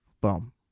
Boom